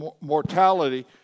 mortality